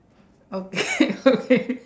okay okay